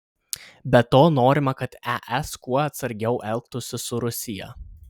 be to norima kad es kuo atsargiau elgtųsi su rusija